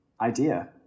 idea